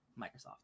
Microsoft